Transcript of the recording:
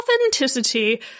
Authenticity